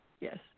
yes